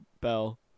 bell